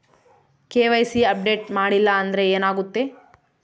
KYC update ಮಾಡಿಲ್ಲ ಅಂದ್ರೆ ಏನಾಗುತ್ತೆ?